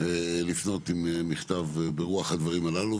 לפנות עם מכתב ברוח הדברים הללו,